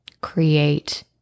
create